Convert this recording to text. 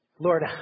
Lord